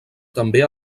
també